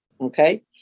Okay